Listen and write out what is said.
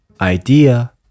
idea